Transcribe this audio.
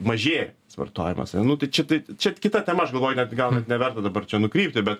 mažėja vartojimas ane nu tai čia tai čia kita tema aš galvoju netgi gal net neverta dabar čia nukrypti bet